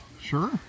Sure